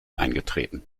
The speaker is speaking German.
eingetreten